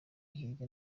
hirya